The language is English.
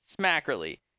Smackerly